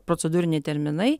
procedūriniai terminai